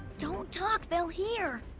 don't talk, they'll hear.